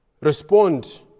Respond